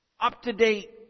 up-to-date